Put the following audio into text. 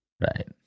Right